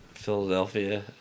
Philadelphia